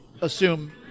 assume